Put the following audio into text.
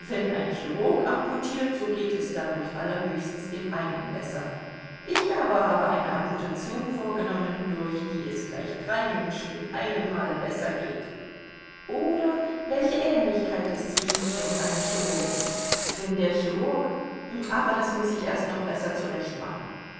amputiert so geht es dadurch allerhöchstens dem einen besser ich aber habe eine amputation vorgenommen durch die es gleich drei menschen mit einem male besser geht oder welche ähnlichkeit ist zwischen mir und einem chirurgen wenn der chirurg aber das muß ich erst noch besser